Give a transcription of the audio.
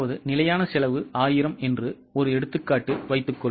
நிலையான செலவு 1000 என்று ஒரு எடுத்துக்காட்டு வைத்துக் கொள்வோம்